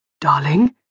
Darling